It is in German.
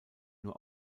nur